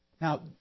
now